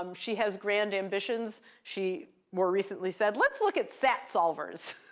um she has grand ambitions. she more recently said, let's look at sat solvers.